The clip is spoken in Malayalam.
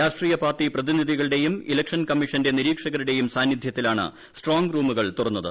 രാഷ്ട്രീയ പാർട്ടി പ്രതിനിധികളുടെയും ഇലക്ഷൻ കമ്മീഷന്റെ നിരീക്ഷകരുടെയും സാന്നിധ്യത്തിലാണ് സ്ട്രോങ് റൂമുകൾ തുറന്നത്